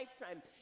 lifetime